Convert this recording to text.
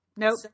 Nope